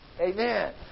Amen